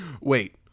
Wait